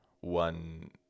one